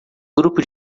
grupo